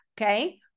Okay